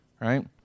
Right